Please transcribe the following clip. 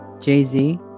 Jay-Z